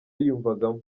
yiyumvagamo